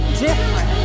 different